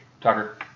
Tucker